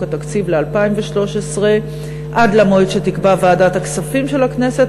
התקציב ל-2013 עד למועד שתקבע ועדת הכספים של הכנסת,